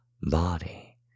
body